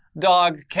dog